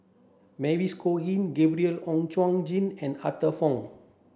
Mavis Khoo Oei Gabriel Oon Chong Jin and Arthur Fong